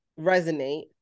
resonate